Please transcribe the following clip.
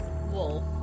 wolf